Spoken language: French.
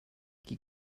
qui